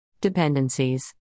Dependencies